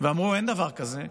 הם אמרו: אין דבר כזה,